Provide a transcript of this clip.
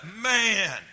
man